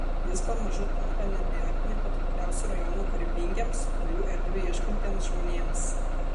jis pamažu tampa neabejotinai patraukliausiu rajonu kūrybingiems naujų erdvių ieškantiems žmonėms